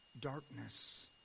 darkness